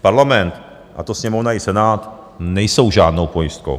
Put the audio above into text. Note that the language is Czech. Parlament, a to Sněmovna i Senát, nejsou žádnou pojistkou.